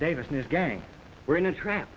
davis news gang we're in a tra